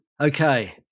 okay